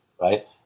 right